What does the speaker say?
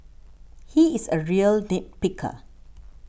he is a real nit picker